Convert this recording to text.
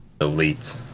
elite